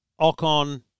Ocon